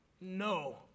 No